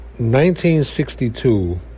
1962